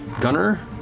gunner